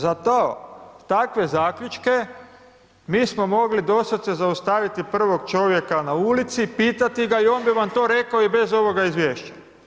Za to, takve zaključke mi smo mogli doslovce zaustaviti prvog čovjeka na ulici, pitati ga i on bi vam to rekao i bez ovoga izvješća.